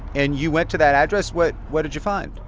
and you went to that address. what what did you find?